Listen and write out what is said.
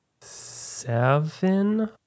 seven